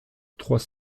trois